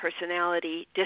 personality